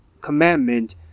commandment